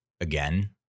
again